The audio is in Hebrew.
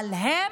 אבל הם,